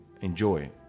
enjoy